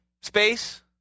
space